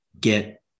get